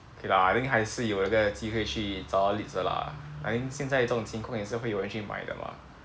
okay lah I think 还是有那个机会去找 leads 的啦 I think 现在这种情况也是会有人去买的嘛